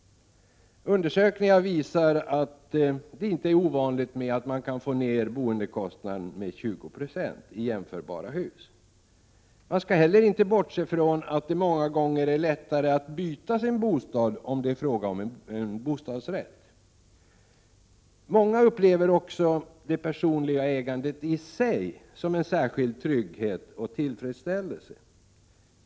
Undersökningar visar att det inte är ovanligt med 20 26 lägre kostnader i jämförbara hus. Man skall heller inte bortse från att det många gånger är lättare att byta sin bostad, om det är fråga om en bostadsrätt. Många upplever också det personliga ägandet i sig som en särskild trygghet och tillfredsställelse.